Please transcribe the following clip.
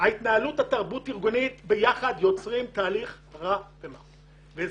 ההתנהלות בתחום התרבות האירגונית ביחד יוצרים תהליך רע מאוד וזה